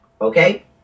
Okay